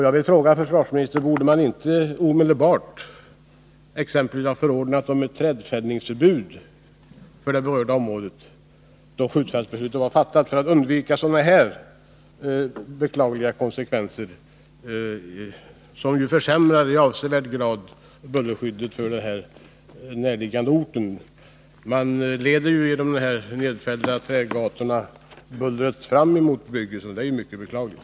Jag vill därför fråga försvarsministern: Borde man inte omedelbart då skjutfältsbeslutet var fattat ha förbjudit trädfällning i det berörda området för att undvika sådana beklagliga konsekvenser, som i avsevärd grad försämrar bullerskyddet för den närliggande orten? I trädgatorna efter den fällda skogen leds bullret fram emot bygden, vilket är mycket beklagligt.